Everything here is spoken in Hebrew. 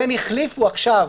והם החליפו עכשיו,